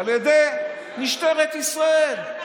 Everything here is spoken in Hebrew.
על ידי משטרת ישראל,